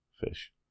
fish